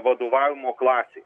vadovavimo klasei